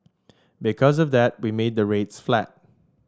because of that we made the rates flat